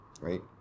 right